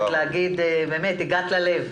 באמת הגעת ללב.